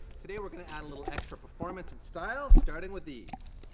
today we're gonna add a little extra performance and style starting with these.